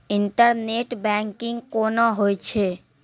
Internet banking कोना होय छै?